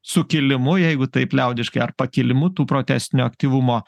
sukilimu jeigu taip liaudiškai ar pakilimu tų protestinio aktyvumo